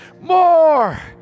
more